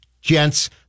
gents